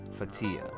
Fatia